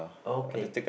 okay